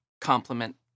compliment